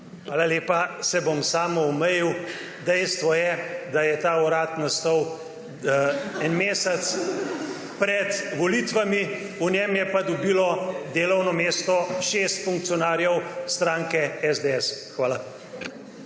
Hvala lepa. Se bom samoomejil. Dejstvo je, da je ta urad nastala en / smeh v dvorani/ mesec pred volitvami, v njem je pa dobilo delovno mesto šest funkcionarjev stranke SDS. Hvala.